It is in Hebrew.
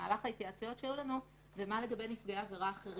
במהלך ההתייעצות שהייתה לנו מה לגבי נפגעי עבירה אחרים.